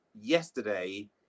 Yesterday